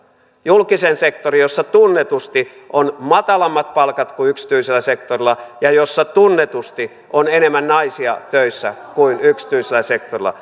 julkisen sektorin jossa tunnetusti on matalammat palkat kuin yksityisellä sektorilla ja jossa tunnetusti on enemmän naisia töissä kuin yksityisellä sektorilla